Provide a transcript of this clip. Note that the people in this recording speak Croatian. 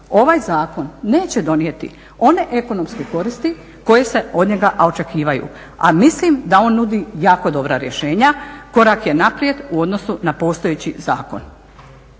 ovaj zakon neće donijeti one ekonomske koristi koje se od njega očekivaju a mislim da on nudi jako dobra rješenja, korak je naprijed u odnosu na postojeći zakon.